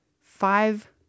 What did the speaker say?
Five